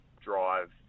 drive